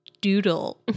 doodle